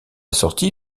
sortie